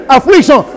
Affliction